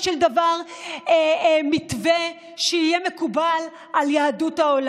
של דבר מתווה שיהיה מקובל על יהדות העולם.